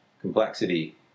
complexity